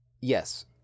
Yes